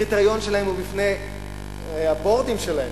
הקריטריון שלהם הוא בפני ה"בורדים" שלהם,